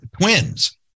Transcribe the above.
twins